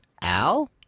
Al